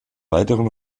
weiteren